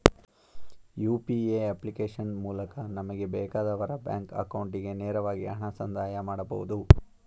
UPA application ಮೂಲಕ ನಮಗೆ ಬೇಕಾದವರ ಬ್ಯಾಂಕ್ ಅಕೌಂಟಿಗೆ ನೇರವಾಗಿ ಹಣ ಸಂದಾಯ ಮಾಡಬಹುದು